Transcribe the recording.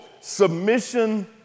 Submission